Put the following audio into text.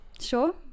Sure